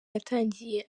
yatangiye